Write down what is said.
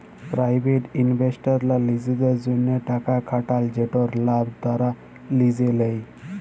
private ইলভেস্টাররা লিজেদের জ্যনহে টাকা খাটাল যেটর লাভ তারা লিজে লেই